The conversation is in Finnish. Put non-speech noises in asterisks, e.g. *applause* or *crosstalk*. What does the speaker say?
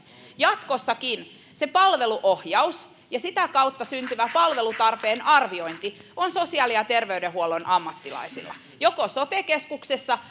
jatkossakin se palveluohjaus ja sitä kautta syntyvä palvelutarpeen arviointi on sosiaali ja terveydenhuollon ammattilaisilla joko sote keskuksessa *unintelligible*